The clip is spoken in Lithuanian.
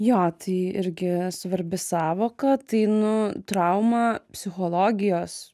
jo tai irgi svarbi sąvoka tai nu trauma psichologijos